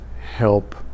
help